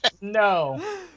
No